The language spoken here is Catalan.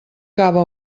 cava